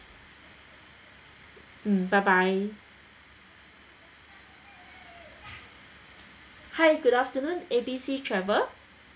mm bye bye hi good afternoon A B C travel